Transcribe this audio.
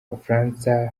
abafaransa